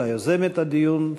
ליוזמת הדיון,